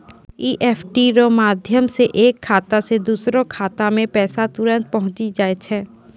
EFT रो माध्यम से एक खाता से दोसरो खातामे पैसा तुरंत पहुंचि जाय छै